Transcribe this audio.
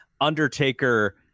Undertaker